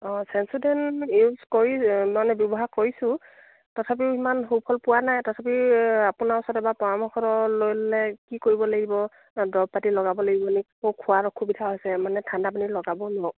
অঁ চেনচুটেন ইউজ কৰি মানে ব্যৱহাৰ কৰিছোঁ তথাপিও ইমান সুফল পোৱা নাই তথাপি আপোনাৰ ওচৰত এবাৰ পৰামৰ্শ লৈ ল'লে কি কৰিব লাগিব দৰব পাতি লগাব লাগিব মানে খুব খোৱাত অসুবিধা হৈছে মানে ঠাণ্ডা পানী লগাবও নোৱাৰোঁ